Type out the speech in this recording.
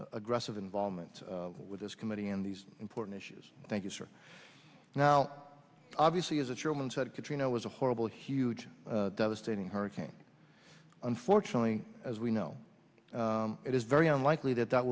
aggressive involvement with this committee in these important issues thank you sir now obviously as a chairman said katrina was a horrible huge devastating hurricane unfortunately as we know it is very unlikely that that